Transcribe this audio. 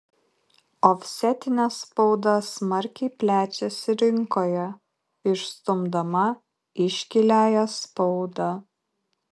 ofsetinė spauda smarkiai plečiasi rinkoje išstumdama iškiliąją spaudą